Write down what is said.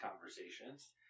conversations